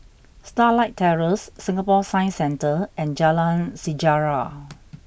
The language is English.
Starlight Terrace Singapore Science Centre and Jalan Sejarah